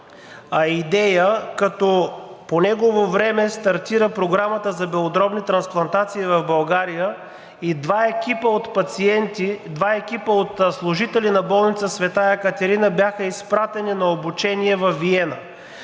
идея, като по негово време стартира програмата за белодробни трансплантации в България и два екипа от служители на болница „Света Екатерина“ бяха изпратени на обучение във Виена.